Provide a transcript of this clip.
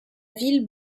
ville